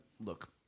look